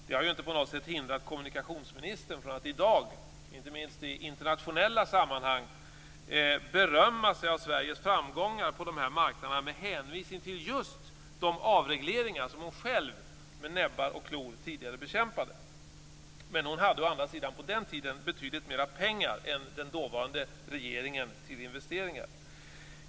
Det har inte på något sätt hindrat kommunikationsministern från att i dag, inte minst i internationella sammanhang, berömma sig av Sveriges framgångar på de här marknaderna med hänvisning till just de avregleringar som hon själv med näbbar och klor tidigare bekämpade. Men hon hade ju på den tiden betydligt mer pengar till investeringar än den dåvarande regeringen.